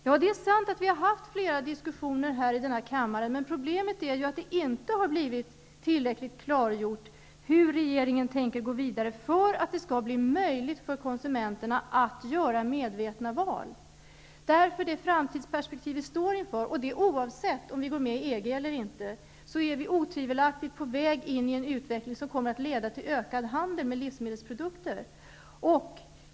Ja, det är sant att vi har haft flera diskussioner här i kammaren. Problemet är att det inte har blivit tillräckligt klargjort hur regeringen tänker gå vidare för att det skall bli möjligt för konsumenterna att göra medvetna val. Det framtidsperspektiv vi står inför -- oavsett om vi går med i EG eller inte -- innebär att vi otvivelaktigt ar på väg in i en utveckling som kommer att leda till ökad handel med livsmedelsprodukter.